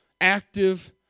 active